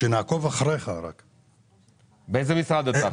על איזה משרד אתה מדבר עכשיו?